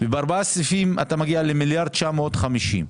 ובארבעה סעיפים אתה מגיע למיליארד 950,